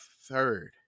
third